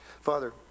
Father